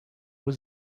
was